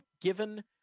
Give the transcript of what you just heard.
given